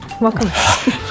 Welcome